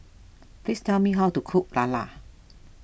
please tell me how to cook Lala